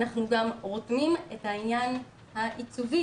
אנחנו גם רותמים את העניין העיצובי.